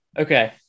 Okay